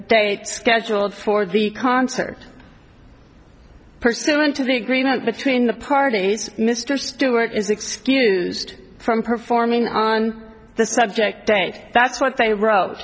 date scheduled for the concert pursuant to the agreement between the parties mr stewart is excused from performing on the subject day that's what they wrote